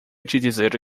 dizer